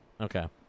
Okay